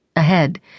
ahead